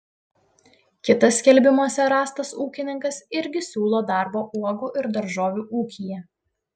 kitas skelbimuose rastas ūkininkas irgi siūlo darbą uogų ir daržovių ūkyje